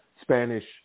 Spanish